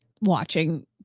watching